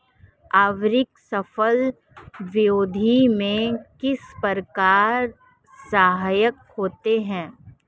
उर्वरक फसल वृद्धि में किस प्रकार सहायक होते हैं?